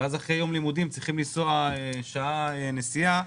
ואז אחרי יום לימודים צריכים לנסוע שעה נסיעה.